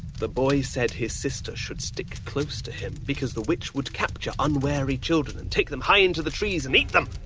the boy said his sister should stick close to him, because the witch would capture unwary children and take them high into the trees to and eat them.